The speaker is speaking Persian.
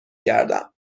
گردم